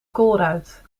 colruyt